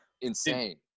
insane